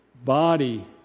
Body